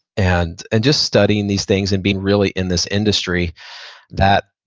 and and just studying these things and being really in this industry that,